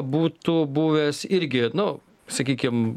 būtų buvęs irgi nu sakykim